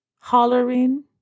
hollering